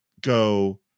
go